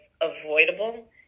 avoidable